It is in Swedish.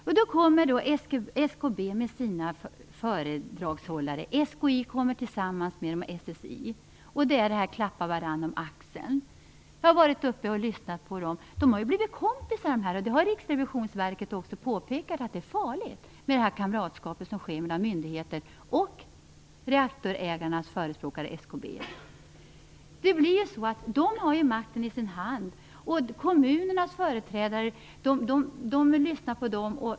Föredragshållarna från SKB, SKI och SSI kommer tillsammans och klappar varandra på axeln. Jag har varit ute och lyssnat på dem, och jag har sett att de har blivit kompisar. Riksrevisionsverket har också påpekat att det är farligt med det kamratskap som utvecklas mellan myndigheter och reaktorägarnas förespråkare SKB. De har makten i sin hand, och kommunernas företrädare lyssnar på dem.